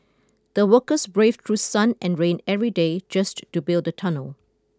the workers braved through sun and rain every day just to build the tunnel